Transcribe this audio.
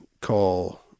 call